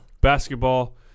basketball